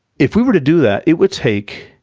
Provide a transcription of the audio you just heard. if we were to do that, it would take,